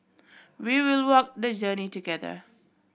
we will walk the journey together